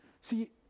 See